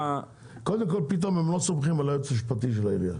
פתאום הם לא סומכים על הייעוץ המשפטי של העירייה.